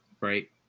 right